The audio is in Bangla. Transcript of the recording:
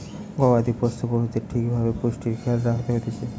গবাদি পোষ্য পশুদের ঠিক ভাবে পুষ্টির খেয়াল রাখত হতিছে